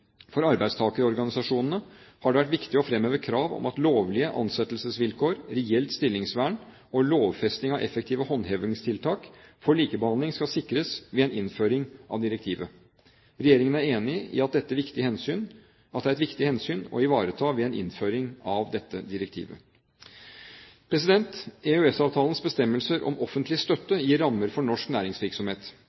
For arbeidstakerorganisasjonene har det vært viktig å fremheve krav om at lovlige ansettelsesvilkår, reelt stillingsvern og lovfesting av effektive håndhevingstiltak for likebehandling skal sikres ved en innføring av direktivet. Regjeringen er enig i at dette er viktige hensyn å ivareta ved en innføring av dette direktivet. EØS-avtalens bestemmelser om offentlig støtte gir rammer for norsk næringsvirksomhet.